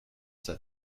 said